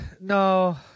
No